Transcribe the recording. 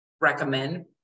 recommend